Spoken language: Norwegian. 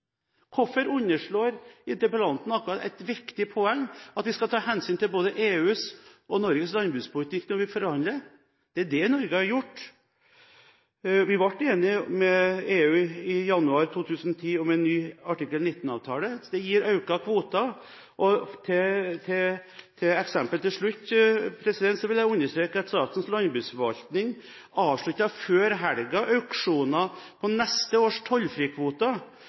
Hvorfor underslår interpellanten et viktig poeng, at vi skal ta hensyn til både EUs og Norges landbrukspolitikk når vi forhandler? Det er det Norge har gjort. Vi ble enige med EU i januar 2010 om en ny artikkel 19-avtale. Det gir økte kvoter. Som et eksempel vil jeg til slutt understreke at Statens landbruksforvaltning før helgen avsluttet auksjoner på neste års